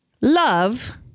love